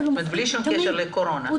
בלי שום קשר לקורונה.